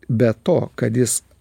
be to kad jis